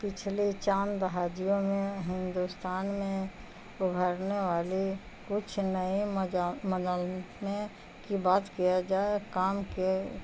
پچھلے چاند بہاجیوں میں ہندوستان میں ابھرنے والی کچھ نئینے کی بات کیا جائے کام کے